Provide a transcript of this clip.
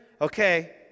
Okay